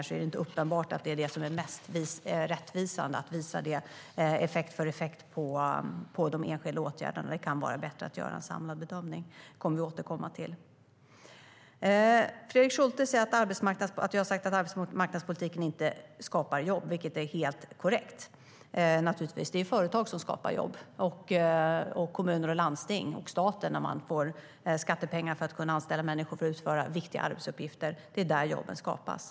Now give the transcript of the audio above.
Därför är det inte uppenbart att det mest rättvisande är att visa det effekt för effekt på de enskilda åtgärderna. Det kan vara bättre att göra en samlad bedömning. Det kommer vi att återkomma till. Enligt Fredrik Schulte har jag sagt att arbetsmarknadspolitiken inte skapar jobb. Det är naturligtvis helt korrekt. Det är företag som skapar jobb. Det gör även kommuner och landsting och staten när man får skattepengar för att kunna anställa människor för att utföra viktiga arbetsuppgifter. Det är där jobben skapas.